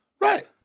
Right